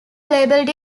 labelled